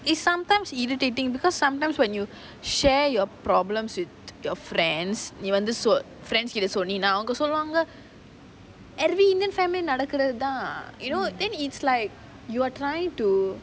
it's sometimes irritating because sometimes when you share your problems with your friends நீ வந்து:nee vanthu friends கிட்ட சொன்னேன்:kita sonnaen every indian family நடக்குறது தான்:nadakurathu thaan you know then it's like you are trying to